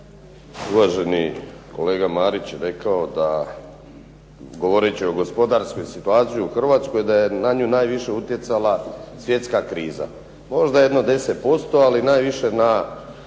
Uvaženi kolega Marić je rekao da, govoreći o gospodarskoj situaciji u Hrvatskoj, da je na nju najviše utjecala svjetska kriza. Možda jedno 10%, ali najviše na